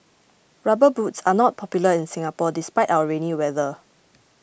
rubber boots are not popular in Singapore despite our rainy weather